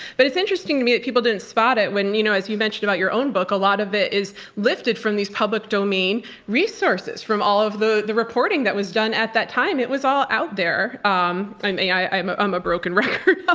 but it's interesting to me that people didn't spot it when you know as you mentioned about your own book, a lot of it is lifted from these public domain resources, from all of the the reporting that was done at that time. it was all out there. um i'm a i'm ah um a broken record ah